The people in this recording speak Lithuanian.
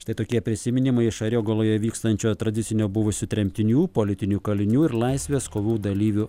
štai tokie prisiminimai iš ariogaloje vykstančio tradicinio buvusių tremtinių politinių kalinių ir laisvės kovų dalyvių